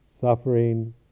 suffering